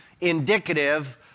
indicative